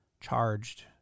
charged